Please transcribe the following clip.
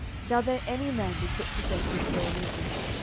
shall there any man be put to death this day in israel?